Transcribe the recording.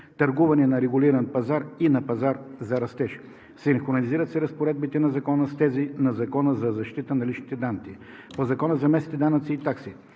търгуване на регулиран пазар и на пазар за растеж. Синхронизират се разпоредбите на Закона с тези на Закона за защита на личните данни. По Закона за местните данъци и такси: